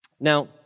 Now